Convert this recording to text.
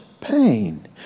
pain